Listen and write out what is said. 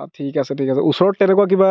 অঁ ঠিক আছে ঠিক আছে ওচৰত তেনেকুৱা কিবা